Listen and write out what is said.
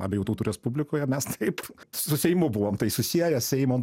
abiejų tautų respublikoje mes taip su seimu buvom susieję seimo